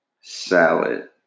salad